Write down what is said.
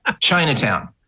Chinatown